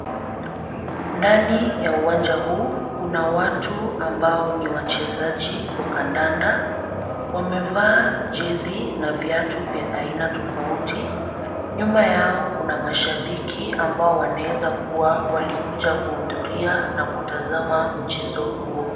Ndani ya uwanja huu, kuna watu ambao ni wachezaji wa kandanda. Wamevaa jezi na viatu vya aina tofauti. Nyuma yao kuna mashabiki ambao wanaeza kuwa walikuja kuhudhuria na kutazama mchezo huo.